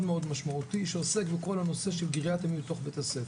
משמעותי שעוסק בכל הנושא של גריעת תלמידים בתוך בית-הספר.